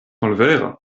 malvera